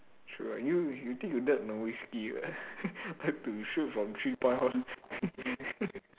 true right you you think you that risky ah like to shoot from three point [one]